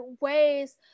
ways